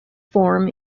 form